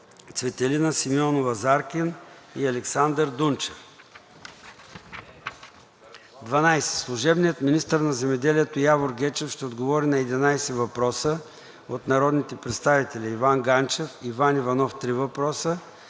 Цветелина Симеонова-Заркин и Александър Дунчев. 12. Служебният министър на земеделието Явор Гечев ще отговори на 11 въпроса от народните представители Иван Ганчев; Иван Иванов – три въпроса;